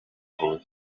huye